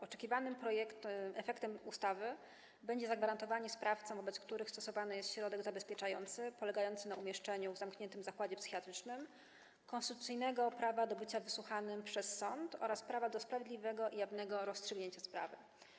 Oczekiwanym efektem ustawy będzie zagwarantowanie sprawcom, wobec których stosowany jest środek zabezpieczający polegający na umieszczeniu w zamkniętym zakładzie psychiatrycznym, konsumpcyjnego prawa do bycia wysłuchanym przez sąd oraz prawa do sprawiedliwego i jawnego rozstrzygnięcia sprawy.